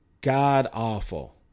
God-awful